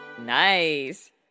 Nice